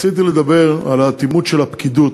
רציתי לדבר על האטימות של הפקידות,